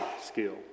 skill